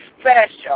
special